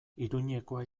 iruñekoa